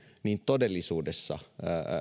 niin todellisuudessa